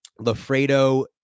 Lafredo